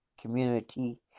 community